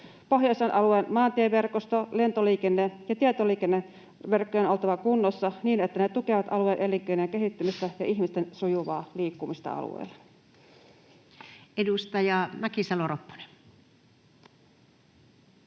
Pohjoisen alueen maantieverkoston, lentoliikenteen ja tietoliikenneverkkojen on oltava kunnossa, niin että ne tukevat alueen elinkeinojen kehittymistä ja ihmisten sujuvaa liikkumista alueella. Edustaja Mäkisalo-Ropponen.